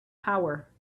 power